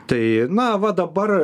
tai na va dabar